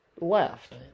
left